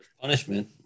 Punishment